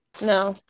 No